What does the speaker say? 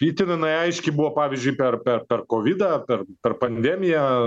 itin jinai aiški buvo pavyzdžiui per per per kovidą per per pandemiją